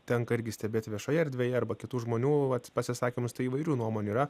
tenka irgi stebėti viešoje erdvėje arba kitų žmonių pasisakymus tai įvairių nuomonių yra